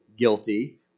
guilty